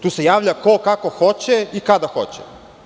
Tu se javlja ko i kako hoće i kada hoće.